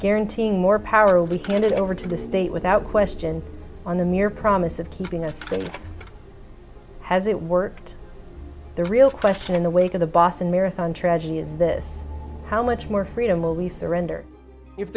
guaranteeing more power leak and it over to the state without question on the mere promise of keeping us safe has it worked the real question in the wake of the boston marathon tragedy is this how much more freedom will we surrender if